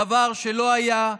דבר שלא היה,